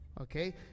Okay